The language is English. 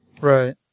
Right